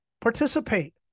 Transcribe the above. participate